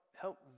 help